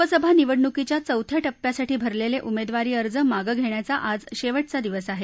लोकसभा निवडणुकीच्या चौथ्या टप्प्यासाठी भरलेले उमेदवारी अर्ज मागे घेण्याचा आज शेवटचा दिवस आहे